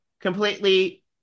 Completely